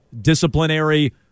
disciplinary